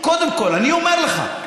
קודם כול, אני אומר לך,